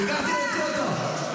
ביקשתי להוציא אותו.